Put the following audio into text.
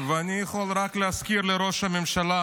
ואני יכול רק להזכיר לראש הממשלה,